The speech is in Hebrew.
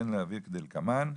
הרינו להביא כדלקמן: